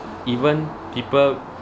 even people